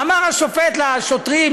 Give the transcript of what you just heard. אמר השופט לשוטרים,